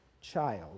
child